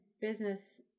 business